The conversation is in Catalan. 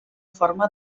forma